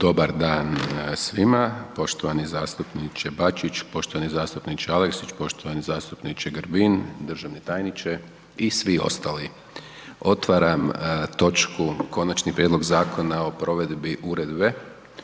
Dobar dan svima, poštovani zastupniče Bačić, poštovani zastupniče Aleksić, poštovani zastupniče Grbin, državni tajniče i svi ostali. I poštovani kolega Bulj Otvaram točku: - Konačni prijedlog Zakona o provedbi Uredbe